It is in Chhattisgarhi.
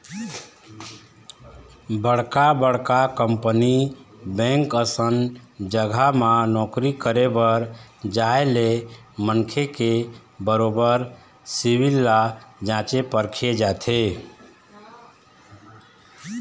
बड़का बड़का कंपनी बेंक असन जघा म नौकरी करे बर जाय ले मनखे के बरोबर सिविल ल जाँचे परखे जाथे